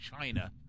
China